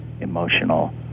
emotional